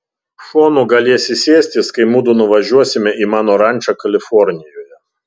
šonu galėsi sėstis kai mudu nuvažiuosime į mano rančą kalifornijoje